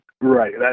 Right